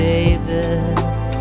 Davis